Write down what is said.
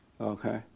Okay